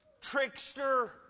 trickster